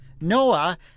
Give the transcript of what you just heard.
Noah